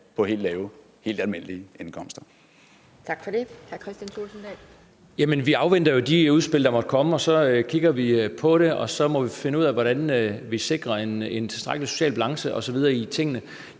for helt lave, helt almindelige indkomster.